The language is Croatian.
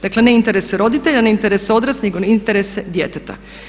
Dakle ne interese roditelja, ne interese odraslih nego interese djeteta.